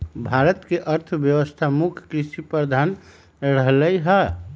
भारत के अर्थव्यवस्था मुख्य कृषि प्रधान रहलै ह